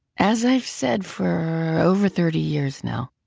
as i've said for over thirty years now,